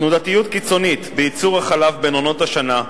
תנודתיות קיצונית בייצור החלב בין עונות השנה,